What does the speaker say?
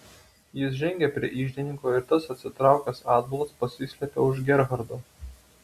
jis žengė prie iždininko ir tas atsitraukęs atbulas pasislėpė už gerhardo